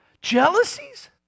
jealousies